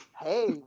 Hey